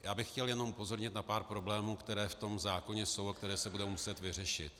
Já bych chtěl jenom upozornit na pár problémů, které v tom zákoně jsou a které se budou muset vyřešit.